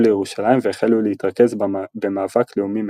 לירושלים והחלו להתרכז במאבק לאומני מקומי.